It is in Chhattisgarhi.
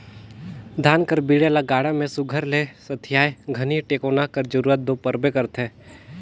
धान कर बीड़ा ल गाड़ा मे सुग्घर ले सथियाए घनी टेकोना कर जरूरत दो परबे करथे